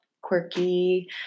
quirky